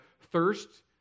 thirst